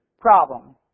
problem